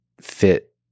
fit